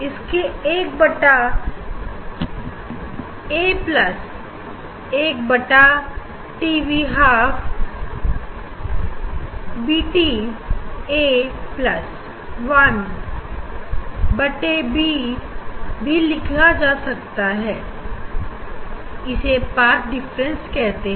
इसे एक बटा ए प्लस 1 बट टीवी हाफ बटी ए प्लस 1 बटे बी भी लिखा जा सकता है इसे पाथ डिफरेंस कहते हैं